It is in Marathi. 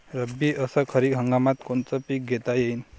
रब्बी अस खरीप हंगामात कोनचे पिकं घेता येईन?